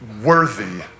worthy